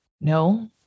No